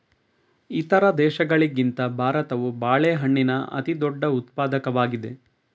ಇತರ ದೇಶಗಳಿಗಿಂತ ಭಾರತವು ಬಾಳೆಹಣ್ಣಿನ ಅತಿದೊಡ್ಡ ಉತ್ಪಾದಕವಾಗಿದೆ